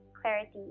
clarity